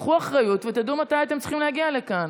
קחו אחריות ותדעו מתי אתם צריכים להגיע לכאן.